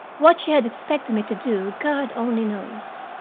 what she had expected me to do god only knows.